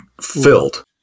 filled